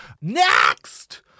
Next